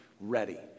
ready